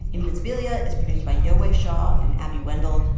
invisibilia is produced by yowei shaw and abby wendle.